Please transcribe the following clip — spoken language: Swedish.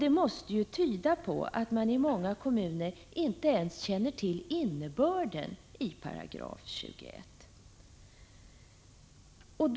Detta måste tyda på att man i många kommuner inte ens känner till innebörden av 21 8.